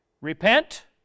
repent